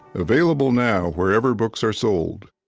available now wherever books are sold